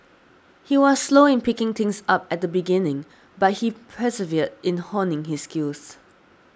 he was slow in picking things up at the beginning but he persevered in honing his skills